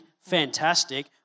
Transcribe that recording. fantastic